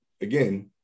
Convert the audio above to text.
again